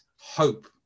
hope